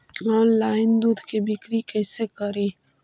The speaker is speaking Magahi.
ऑनलाइन दुध के बिक्री कैसे करि?